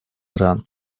иран